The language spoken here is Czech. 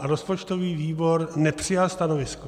Rozpočtový výbor nepřijal stanovisko.